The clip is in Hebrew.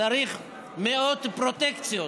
היה צריך מאות פרוטקציות